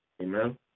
amen